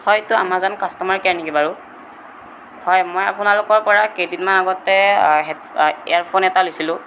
হয় এইটো Amazon customer care নেকি বাৰু হয় মই আপোনালোকৰপৰা কেইদিনমান আগতে হেড এয়াৰফোন এটা লৈছিলোঁ